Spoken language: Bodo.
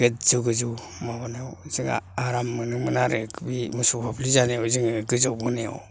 गोजौ गोजौ माबायाव जों आराम मोनोमोन आरो बे मोसौ फाफ्लि जानायाव जोङो गोजावबोनायाव